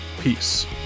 Peace